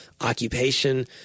occupation